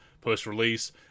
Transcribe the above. post-release